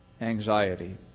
anxiety